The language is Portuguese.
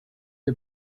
the